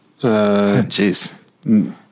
jeez